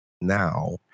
now